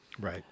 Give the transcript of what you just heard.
right